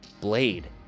Blade